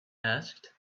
asked